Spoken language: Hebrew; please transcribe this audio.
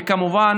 וכמובן,